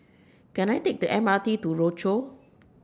Can I Take The M R T to Rochor